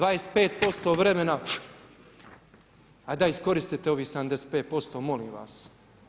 25% vremena a da iskoristite ovih 75% molim vas.